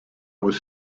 was